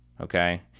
Okay